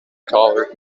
colored